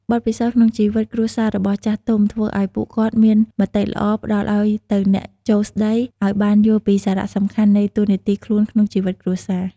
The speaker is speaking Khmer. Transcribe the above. បទពិសោធន៍ក្នុងជីវិតគ្រួសាររបស់ចាស់ទុំ ធ្វើឲ្យពួកគាត់មានមតិល្អ ផ្តល់ឲ្យទៅអ្នកចូលស្តី ឲ្យបានយល់ពីសារៈសំខាន់នៃតួនាទីខ្លួនក្នុងជីវិតគ្រួសារ។